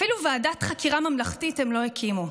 אפילו ועדת חקירה ממלכתית הם לא הקימו.